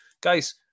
Guys